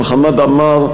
חמד עמאר,